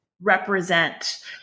represent